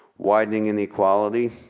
widening and equality.